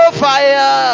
fire